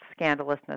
scandalousness